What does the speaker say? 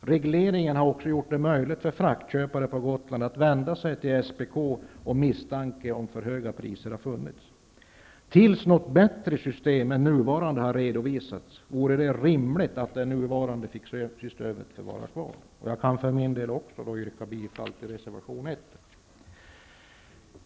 Regleringen har också gjort det möjligt för fraktköpare på Gotland att vända sig till SPK, om det funnits misstanke om för höga priser. Tills något bättre system än det nuvarande har redovisats, vore det rimligt att det nuvarande stödet fick vara kvar. Jag kan för min del yrka bifall till reservation 1.